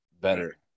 better